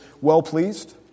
well-pleased